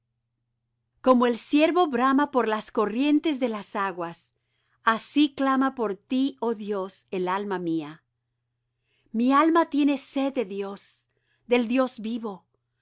como el ciervo brama por las corrientes de las aguas así clama por ti oh dios el alma mía mi alma tiene sed de dios del dios vivo